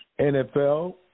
NFL